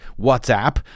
WhatsApp